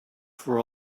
for